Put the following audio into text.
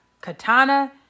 katana